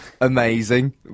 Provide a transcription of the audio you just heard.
amazing